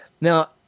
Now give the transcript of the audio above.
Now